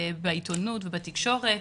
בעיתונות ובתקשורת.